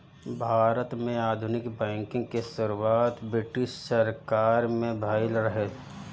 भारत में आधुनिक बैंकिंग के शुरुआत ब्रिटिस सरकार में भइल रहे